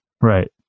Right